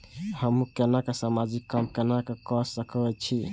हमू केना समाजिक काम केना कर सके छी?